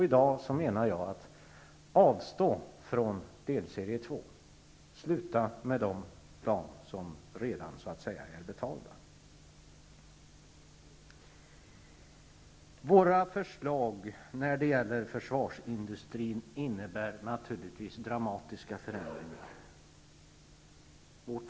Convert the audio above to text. I dag är min mening att man skall avstå från delserie 2 och inskränka sig till de plan som så att säga redan är betalda. Våra förslag när det gäller försvarsindustrin innebär naturligtvis dramatiska förändringar.